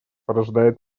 порождает